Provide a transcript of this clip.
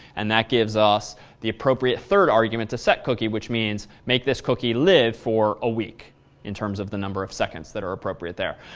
and that gives us the appropriate third argument, to setcookie which means make this cookie live for a week in terms of the number of seconds that are appropriate there.